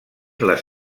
les